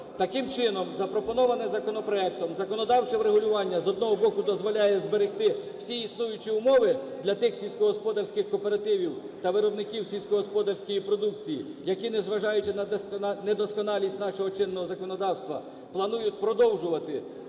Таким чином, запропоноване законопроектом законодавче врегулювання, з одного боку, дозволяє зберегти всі існуючі умови для тих сільськогосподарських кооперативів та виробників сільськогосподарської продукції, які, не зважаючи на недосконалість нашого чинного законодавства, планують продовжувати